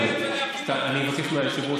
אני מבקש מהיושב-ראש,